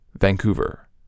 Vancouver